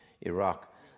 iraq